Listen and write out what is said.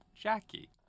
Jackie